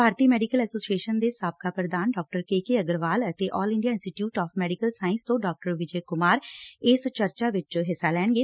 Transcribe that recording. ਭਾਰਤੀ medical association ਦੇ ਸਾਬਕਾ ਪ੍ਰਧਾਨ ਡਾ ਕੇ ਕੇ ਅਗਰਵਾਲ ਅਤੇ all India institute of medical science ਤੋਂ ਡਾ ਵਿਜੈ ਕੁਮਾਰ ਇਸ ਚਰਚਾ ਵਿਚ ਹਿੱਸਾ ਲੈਣਗੇ